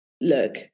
look